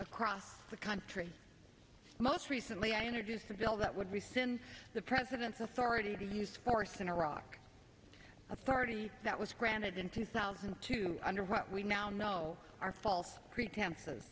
across the country most recently i introduced a bill that would rescind the president's authority to use force in iraq authority that was granted in two thousand and two under what we now know are false pretenses